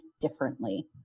differently